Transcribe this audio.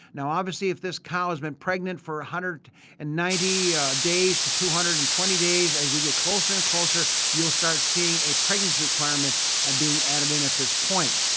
now, obviously if this cow has been pregnant for one ah hundred and ninety days to two hundred and twenty days, as we get closer and closer, you'll start seeing a pregnancy requirement and being added in at this point.